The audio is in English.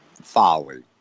folly